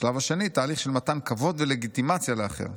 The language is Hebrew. בשלב השני, תהליך של מתן כבוד ולגיטימציה לאחר".